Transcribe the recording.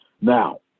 Now